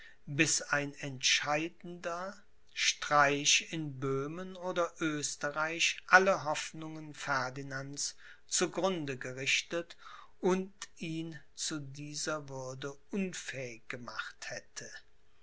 bis ein entscheidender streich in böhmen oder oesterreich alle hoffnungen ferdinands zu grunde gerichtet und ihn zu dieser würde unfähig gemacht hätte